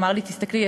והוא אמר לי: תסתכלי,